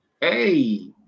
Hey